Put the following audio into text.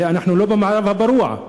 הרי אנחנו לא במערב הפרוע.